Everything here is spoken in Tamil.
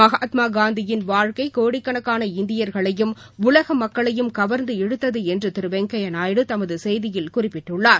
மகாத்மா காந்தியின் வாழ்க்கை கோடிக்கணக்கான இந்தியர்களையும் உலக மக்களையும் கவர்ந்து இழுத்தது என்று திரு வெங்கையா நாயுடு தமது செய்தியில் குறிப்பிட்டுள்ளார்